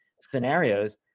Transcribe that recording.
scenarios